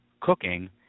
cooking